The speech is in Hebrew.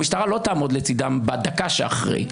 המשטרה לא תעמוד לצדם בדקה שאחרי כן.